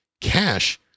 cash